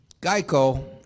GEICO